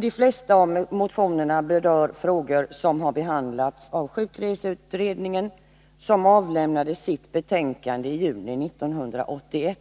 De flesta av motionerna gäller frågor som behandlades av sjukreseutredningen, vilken avlämnade sitt betänkande i juni 1981.